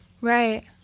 Right